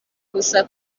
gusa